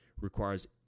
requires